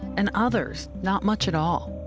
and others not much at all.